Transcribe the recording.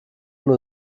nur